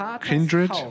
kindred